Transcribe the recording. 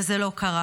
וזה לא קרה.